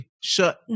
shut